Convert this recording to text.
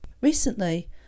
Recently